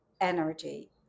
energy